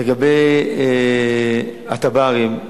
לגבי התב"רים,